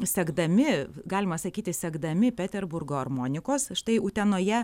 sekdami galima sakyti sekdami peterburgo armonikos štai utenoje